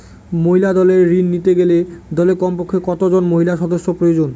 মহিলা দলের ঋণ নিতে গেলে দলে কমপক্ষে কত জন মহিলা সদস্য প্রয়োজন?